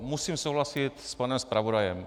Musím souhlasit s panem zpravodajem.